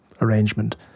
arrangement